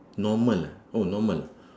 normal ah oh normal